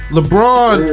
LeBron